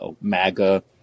MAGA